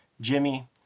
jimmy